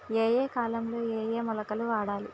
ఏయే కాలంలో ఏయే మొలకలు వాడాలి?